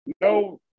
no